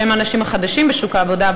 שהם האנשים החדשים בשוק העבודה,